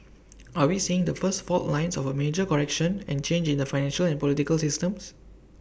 are we seeing the first fault lines of A major correction and change in the financial and political systems